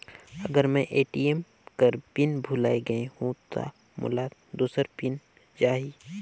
अगर मैं ए.टी.एम कर पिन भुलाये गये हो ता मोला दूसर पिन मिल जाही?